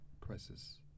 crisis